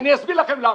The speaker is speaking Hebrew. אני אסביר לכם למה.